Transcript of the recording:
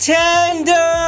tender